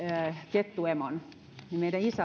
kettuemon meidän isä